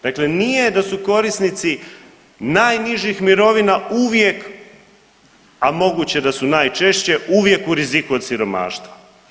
Dakle, nije da su korisnici najnižih mirovina uvijek, a moguće da su najčešće uvijek u riziku od siromaštva.